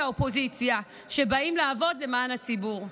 והאופוזיציה שבאים לעבוד למען הציבור.